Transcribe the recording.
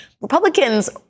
Republicans